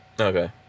Okay